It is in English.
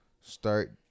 Start